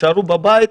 תישארו בבית,